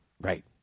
Right